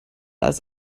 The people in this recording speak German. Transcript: als